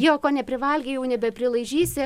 jo ko neprivalgei jau nebeprilaižysi